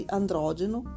androgeno